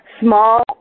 Small